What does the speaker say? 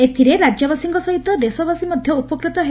ଏଥିରେ ରାଜ୍ୟବାସୀଙ୍କ ସହିତ ଦେଶବାସୀ ମଧ୍ଧ ଉପକୃତ ହେବ